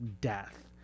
death